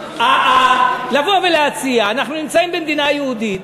לבוא ולהציע: אנחנו נמצאים במדינה יהודית,